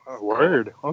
Word